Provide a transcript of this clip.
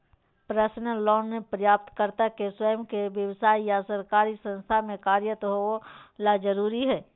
personal loan प्राप्तकर्ता के स्वयं के व्यव्साय या सरकारी संस्था में कार्यरत होबे ला जरुरी हइ